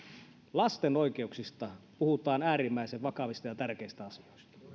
lasten oikeuksista puhutaan äärimmäisen vakavista ja tärkeistä asioista mutta